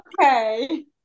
Okay